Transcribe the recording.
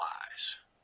lies